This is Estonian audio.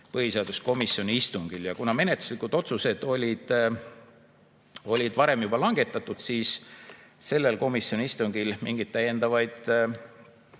põhiseaduskomisjoni istungil. Kuna menetluslikud otsused olid varem juba langetatud, siis sellel komisjoni istungil mingeid täiendavaid